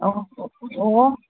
ꯑꯧ ꯑꯣ